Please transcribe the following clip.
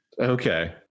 Okay